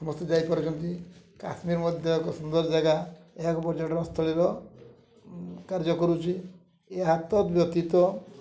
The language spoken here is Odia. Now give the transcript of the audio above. ସମସ୍ତେ ଯାଇପାରୁଛନ୍ତି କାଶ୍ମୀର ମଧ୍ୟ ଏକ ସୁନ୍ଦର ଜାଗା ଏହାକୁ ପର୍ଯ୍ୟଟନସ୍ଥଳୀର କାର୍ଯ୍ୟ କରୁଛି ଏହା ବ୍ୟତୀତ